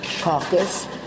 caucus